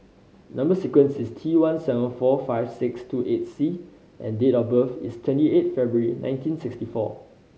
number sequence is T one seven four five six two eight C and date of birth is twenty eight February nineteen sixty four